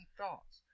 thoughts